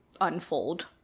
unfold